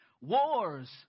Wars